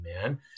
man